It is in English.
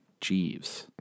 Jeeves